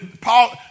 Paul